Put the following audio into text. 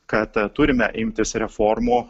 kad turime imtis reformų